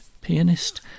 pianist